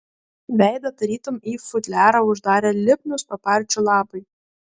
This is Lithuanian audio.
veidą tarytum į futliarą uždarė lipnūs paparčių lapai